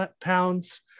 pounds